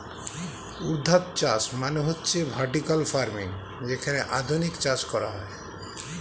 ঊর্ধ্বাধ চাষ মানে হচ্ছে ভার্টিকাল ফার্মিং যেখানে আধুনিক চাষ করা হয়